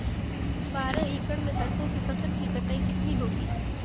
बारह एकड़ में सरसों की फसल की कटाई कितनी होगी?